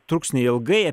truks neilgai